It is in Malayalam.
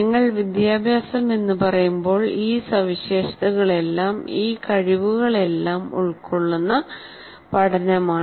നിങ്ങൾ വിദ്യാഭ്യാസം എന്ന് പറയുമ്പോൾ ഈ സവിശേഷതകളെല്ലാം ഈ കഴിവുകളെല്ലാം ഉൾക്കൊള്ളുന്ന പഠനമാണ്